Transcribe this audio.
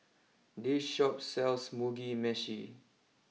this Shop sells Mugi Meshi